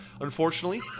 unfortunately